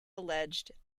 alleged